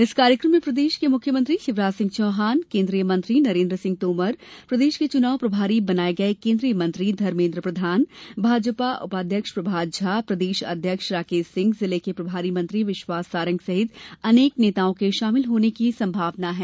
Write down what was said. इस कार्यक्रम में प्रदेश के मुख्यमंत्री शिवराज सिंह चौहान केंद्रीय मंत्री नरेन्द्र सिंह तोमर प्रदेश के चुनाव प्रभारी बनाए गए केंद्रीय मंत्री धर्मेन्द्र प्रधान भाजपा उपाध्यक्ष प्रभात झा प्रदेश अध्यक्ष राकेश सिंह जिले के प्रभारी मंत्री विश्वास सारंग सहित अनेक नेताओं के शामिल होने की संभावना है